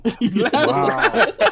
Wow